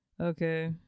Okay